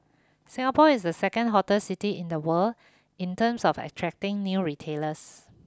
Singapore is the second hotter city in the world in terms of attracting new retailers